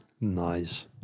Nice